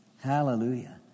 Hallelujah